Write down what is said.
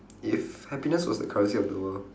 if happiness was the currency of the world